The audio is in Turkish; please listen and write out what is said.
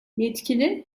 yetkili